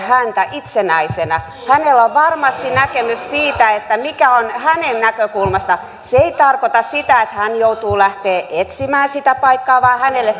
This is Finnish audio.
häntä itsenäisenä hänellä on varmasti näkemys siitä mikä on hänen näkökulmastaan paras vaihtoehto se ei tarkoita sitä että hän joutuu lähtemään etsimään sitä paikkaa vaan hänelle